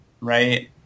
right